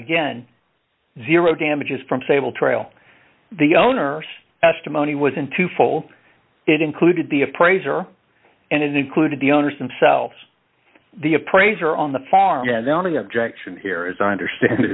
again zero damages from sable trail the owner testimony was in to full it included the appraiser and it included the owners themselves the appraiser on the farm and the only objection here as i understand